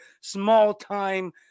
small-time